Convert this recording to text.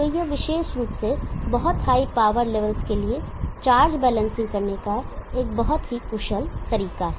तो यह विशेष रूप से बहुत हाई पावर लेवल्स के लिए चार्ज बैलेंसिंग करने का एक बहुत ही कुशल तरीका है